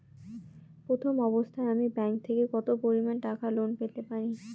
প্রথম অবস্থায় আমি ব্যাংক থেকে কত পরিমান টাকা লোন পেতে পারি?